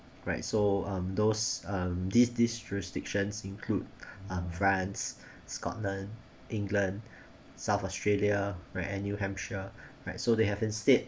right so um those um this this jurisdiction include um france scotland england south australia where new hampshire right so they have instead